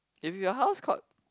if your house caught